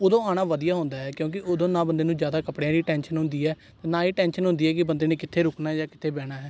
ਉਦੋਂ ਆਉਣਾ ਵਧੀਆ ਹੁੰਦਾ ਹੈ ਕਿਉਂਕਿ ਉਦੋਂ ਨਾ ਬੰਦੇ ਨੂੰ ਜ਼ਿਆਦਾ ਕੱਪੜਿਆਂ ਦੀ ਟੈਂਸ਼ਨ ਹੁੰਦੀ ਹੈ ਨਾ ਹੀ ਟੈਂਸ਼ਨ ਹੁੰਦੀ ਹੈ ਕਿ ਬੰਦੇ ਨੇ ਕਿੱਥੇ ਰੁਕਣਾ ਜਾਂ ਕਿੱਥੇ ਬਹਿਣਾ ਹੈ